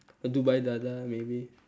dubai thaathaa maybe